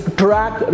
track